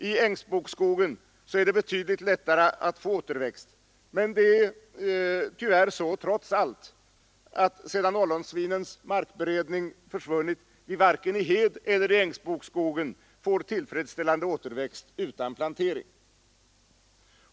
I ängsbokskogen är det betydligt lättare att få återväxt, men det är tyvärr så trots allt, att sedan ollonsvinens markberedning försvunnit vi varken i hedeller i ängsbokskog får tillfredsställande återväxt utan hjälpkultur.